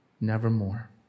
nevermore